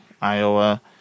Iowa